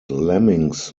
lemmings